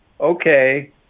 okay